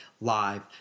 live